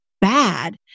bad